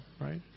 right